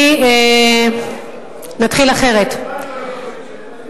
נתחיל אחרת,